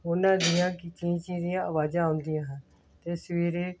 ਉਹਨਾਂ ਦੀਆਂ ਚੀਂ ਚੀਂ ਦੀਆਂ ਆਵਾਜ਼ਾਂ ਆਉਂਦੀਆਂ ਹਨ ਅਤੇ ਸਵੇਰੇ